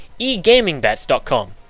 eGamingBets.com